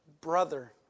brother